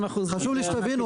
חשוב לי שתבינו,